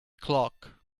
clock